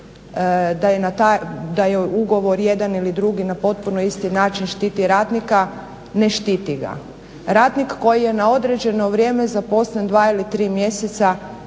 da ugovor jedan ili drugi na potpuno isti način štiti radnika, ne štiti ga. Radnik koji je na određeno vrijeme zaposlen dva ili tri mjeseca,